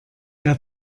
der